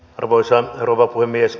arvoisa rouva puhemies